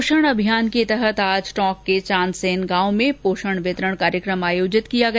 पोषण अभियान के तहत आज टोंक के चान्दसेन गांव में पोषण वितरण कार्यक्रम आयोजित किया गया